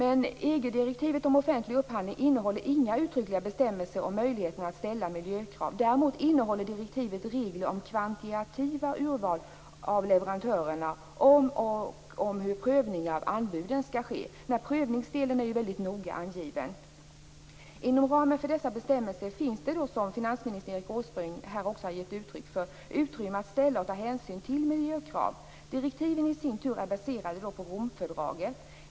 EG-direktivet om offentlig upphandling innehåller inga uttryckliga bestämmelser om möjligheten att ställa miljökrav. Däremot innehåller direktivet regler om kvantitativa urval av leverantörerna och om hur prövning av anbuden skall ske. Denna prövningsdel är mycket noga angiven. Inom ramen för dessa bestämmelser finns det, som finansminister Erik Åsbrink här också har gett uttryck för, utrymme att ställa och ta hänsyn till miljökrav. Direktiven i sin tur är baserade på Romfördraget.